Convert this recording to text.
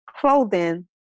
Clothing